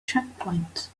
checkpoints